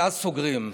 ואז סוגרים,